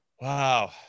Wow